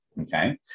Okay